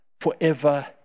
forever